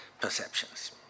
perceptions